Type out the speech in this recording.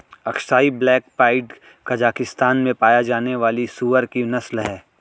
Aksai black pied Kazakhstan में पाया जाने वाली सूअर की नस्ल है